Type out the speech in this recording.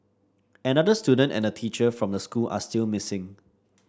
another student and a teacher from the school are still missing